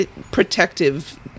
protective